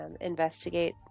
investigate